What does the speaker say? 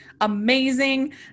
amazing